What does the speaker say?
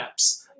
apps